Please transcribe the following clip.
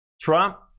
Trump